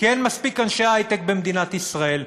כי אין מספיק אנשי היי-טק במדינת ישראל.